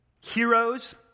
heroes